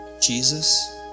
Jesus